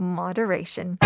moderation